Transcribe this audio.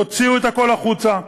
תוציאו את הכול החוצה.